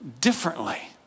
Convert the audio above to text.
differently